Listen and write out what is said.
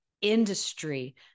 industry